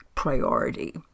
priority